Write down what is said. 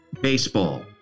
baseball